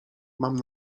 mam